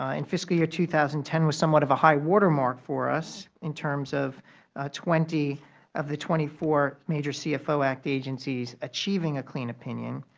ah and fiscal year two thousand and ten was somewhat of a high watermark for us in terms of twenty of the twenty four major cfo act agencies achieving a clean opinion.